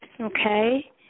Okay